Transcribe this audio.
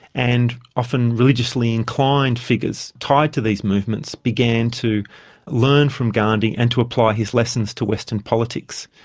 and often religiously inclined figures tied to these movements began to learn from gandhi and to apply his lessons to western politics.